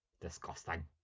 Disgusting